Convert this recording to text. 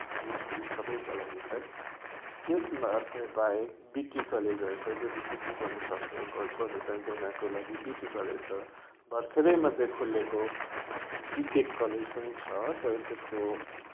स्त्री पुरुष सबैका लागि छ त्यसमध्ये बाहेक बिटी कलेजहरू छ जसले बिटी गर्न सक्छ गर्न चाहन्छ भने उनीहरूको लागि बिटी कलेज छ भर्खरै मात्रै खोलेको यहाँ बिटेक कलेज पनि छ तर त्यसको